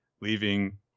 leaving